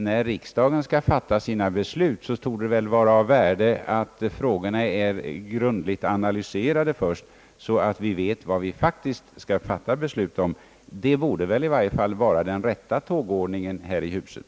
Det innebär att man sätter målet högt. När det gäller skolfrågorna har jag ingen annan önskan än att man sätter målet högt och att man gör allt för att försöka nå det målet.